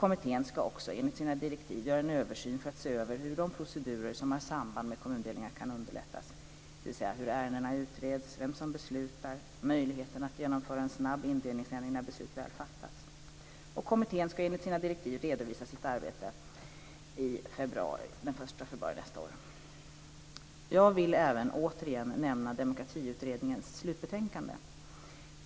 Kommittén ska också enligt sina direktiv göra en översyn för att se över hur de procedurer som har samband med kommundelningar kan underlättas, dvs. hur ärendena utreds, vem som beslutar samt möjligheten att genomföra en snabb indelningsändring när beslut väl fattas. Kommittén ska enligt sina direktiv redovisa sitt arbete senast den 1 februari 2001. Jag vill även återigen nämna Demokratiutredningens slutbetänkande.